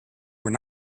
were